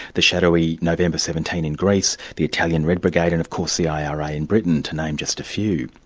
the shadowy november seventeen in greece, the italian red brigade and of course the ira in britain, to name just a few.